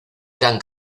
gran